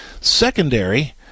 secondary